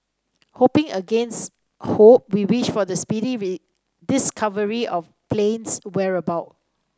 hoping against hope we wish for the speedy discovery of plane's whereabouts